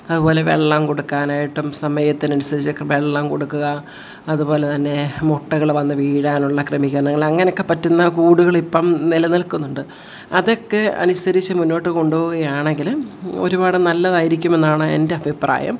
അതുപോലെ വെള്ളം കൊടുക്കാനായിട്ടും സമയത്തിനനുസരിച്ച് വെള്ളം കൊടുക്കുക അതുപോലതന്നെ മുട്ടകൾ വന്നുവീഴാനുള്ള ക്രമീകരണങ്ങൾ അങ്ങനെയൊക്കെ പറ്റുന്ന കൂടുകളിപ്പം നിലനിൽക്കുന്നുണ്ട് അതൊക്കെ അനുസരിച്ച് മുന്നോട്ട് കൊണ്ടുപോവുകയാണെങ്കിൽ ഒരുപാട് നല്ലതായിരിക്കുമെന്നാണ് എൻ്റെ അഭിപ്രായം